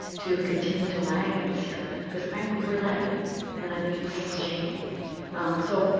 to continue to lag in this area. because, frankly, we're lagging and i think it's shameful um so,